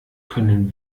können